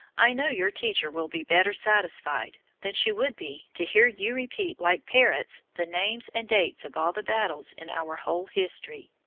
i know your teacher will be better satisfied than she would be to hear you repeat like parrots the names and dates of all the battles in our whole history.